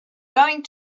going